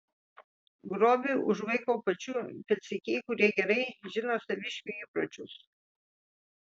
grobį užvaiko pačių pėdsekiai kurie gerai žino saviškių įpročius